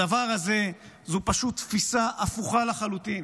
הדבר הזה זו פשוט תפיסה הפוכה לחלוטין